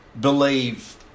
believe